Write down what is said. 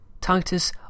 Titus